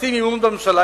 מציעים אי-אמון בממשלה,